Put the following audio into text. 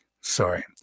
Sorry